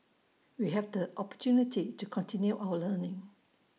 we have the opportunity to continue our learning